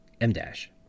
M-Dash